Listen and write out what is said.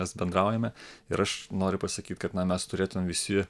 mes bendraujame ir aš noriu pasakyt kad na mes turėtumėm visi